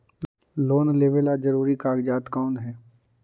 Loan लेब ला जरूरी कागजात कोन है?